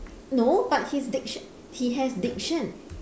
no but his diction he has diction